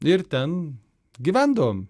ir ten gyvendavom